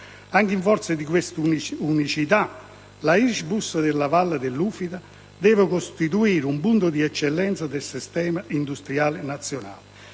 Anche in forza di questa unicità, la Irisbus di Valle Ufita deve costituire un punto di eccellenza del sistema industriale nazionale.